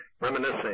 reminiscing